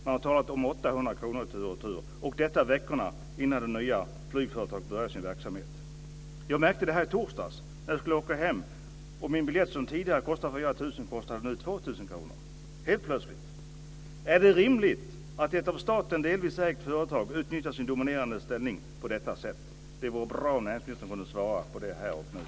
Man har talat om Jag märkte det här i torsdags när jag skulle åka hem. Min biljett som tidigare kostat 4 000 kr kostade nu helt plötsligt 2 000 kr. Är det rimligt att ett av staten delvis ägt företag utnyttjar sin dominerande ställning på detta sätt? Det vore bra om näringsministern kunde svara på det här och nu.